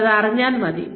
നിങ്ങൾ അത് അറിഞ്ഞാൽ മതി